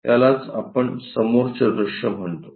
यालाच आपण समोरचे दृश्य म्हणतो